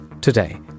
Today